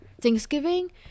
Thanksgiving